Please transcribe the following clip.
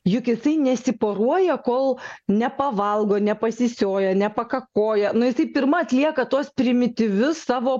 juk jisai nesiporuoja kol nepavalgo nepasisioja nepakakoja nu jisai pirma atlieka tuos primityvius savo